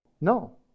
No